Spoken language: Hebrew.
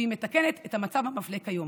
והיא מתקנת את המצב המפלה כיום.